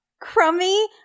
Crummy